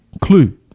clue